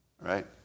right